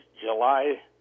July